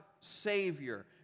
Savior